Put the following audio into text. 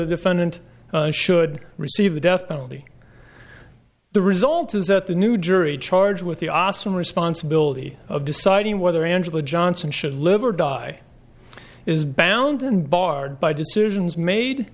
the defendant should receive the death penalty the result is that the new jury charge with the awesome responsibility of deciding whether angela johnson should live or die is bound and barred by decisions made